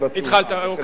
זה חלק מהתשובה.